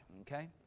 Okay